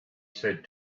said